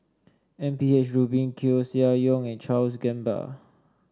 M P H Rubin Koeh Sia Yong and Charles Gamba